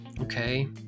Okay